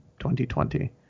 2020